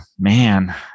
man